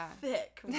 thick